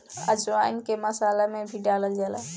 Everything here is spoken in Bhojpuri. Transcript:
अजवाईन के मसाला में भी डालल जाला